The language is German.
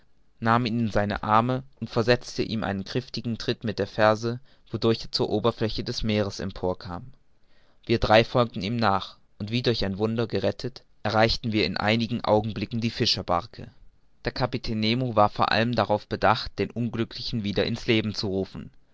nahm ihn in seine arme und versetzte ihm einen kräftigen tritt mit der ferse wodurch er zur oberfläche des meeres empor kam wir drei folgten ihm nach und wie durch ein wunder gerettet erreichten wir in einigen augenblicken die fischerbarke der kapitän nemo war vor allem darauf bedacht den unglücklichen wieder in's leben zu rufen